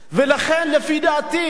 ולכן, לפי דעתי,